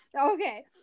Okay